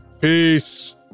Peace